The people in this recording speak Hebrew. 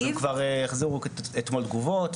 הם כבר החזירו אתמול תגובות,